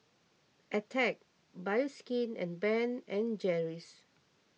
Attack Bioskin and Ben and Jerry's